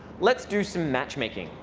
let's do some matchmaking.